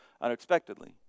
unexpectedly